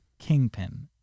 kingpin